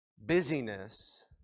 Busyness